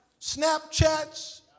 Snapchats